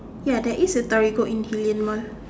ya there is a Torigo in Gillian Mall